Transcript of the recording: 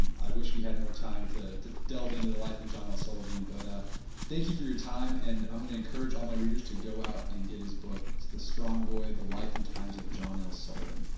and i wish we had more time to to delve into the life of john l. sullivan. but thank you for your time. and i'm going to encourage all my readers to go out and get his book. it's the strong boy the life and times of john l. sullivan.